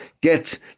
get